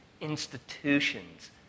institutions